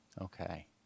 Okay